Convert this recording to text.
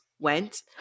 Went